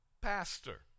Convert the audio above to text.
Pastor